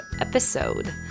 episode